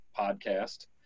podcast